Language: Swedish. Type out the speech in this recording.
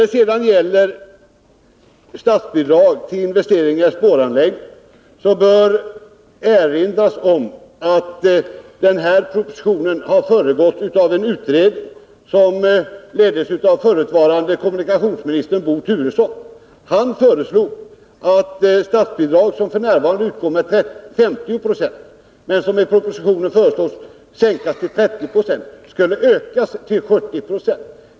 Vad sedan gäller statsbidrag till investeringar i spårbundna anläggningar bör erinras om att den här propositionen har föregåtts av en utredning, ledd av den förutvarande kommunikationsministern Bo Turesson. Han föreslog att statsbidraget, som f. n. utgår med 50 96 men som i propositionen föreslås bli sänkt till 30 96, skulle öka till 70 96.